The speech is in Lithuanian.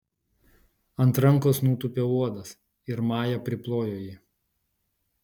ant rankos nutūpė uodas ir maja priplojo jį